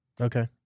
Okay